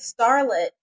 starlet